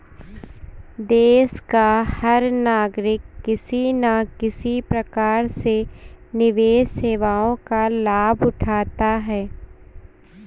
देश का हर नागरिक किसी न किसी प्रकार से निवेश सेवाओं का लाभ उठाता है